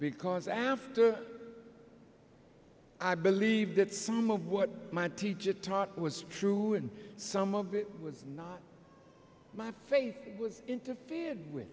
because after i believe that some of what my teacher taught was true and some of it was not my faith was interfere with